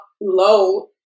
low